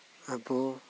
ᱟᱵᱚ